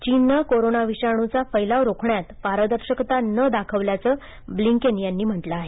चीननं कोरोना विषाणूचा फैलाव रोखण्यात पारदर्शकता न दाखवल्याचं ब्लिंकेन यांनी म्हटलं आहे